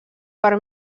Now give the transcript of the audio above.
per